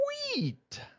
Sweet